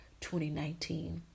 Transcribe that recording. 2019